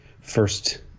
first